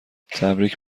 تبریک